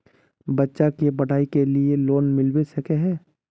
बच्चा के पढाई के लिए लोन मिलबे सके है?